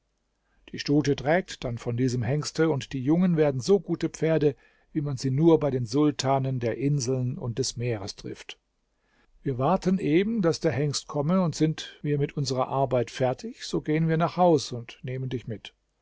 die stute trägt dann von diesem hengste und die jungen werden so gute pferde wie man sie nur bei den sultanen der inseln und des meeres trifft wir warten eben daß der hengst komme und sind wir mit unserer arbeit fertig so gehen wir nach haus und nehmen dich mit